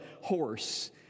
horse